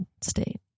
state